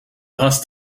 hast